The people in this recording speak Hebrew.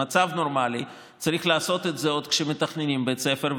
במצב נורמלי צריך לעשות את זה עוד כשמתכננים בית ספר,